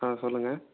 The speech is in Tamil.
ஆ சொல்லுங்கள்